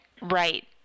right